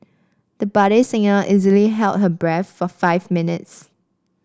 the budding singer easily held her breath for five minutes